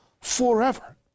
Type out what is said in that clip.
forever